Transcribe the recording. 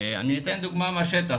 אני אתן דוגמה מהשטח